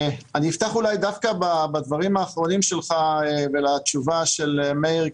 אני אפתח דווקא בדברים האחרונים שלך והתשובה של מאיר,